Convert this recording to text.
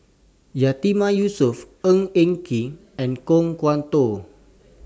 Yatiman Yusof Ng Eng Kee and Kan Kwok Toh